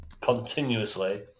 continuously